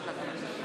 תודה רבה.